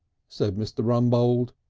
said mr. rumbold,